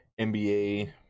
NBA